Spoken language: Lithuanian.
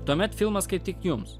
tuomet filmas kaip tik jums